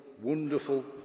wonderful